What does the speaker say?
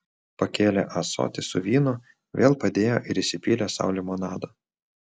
pakėlė ąsotį su vynu vėl padėjo ir įsipylė sau limonado